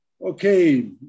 Okay